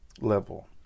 level